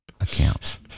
account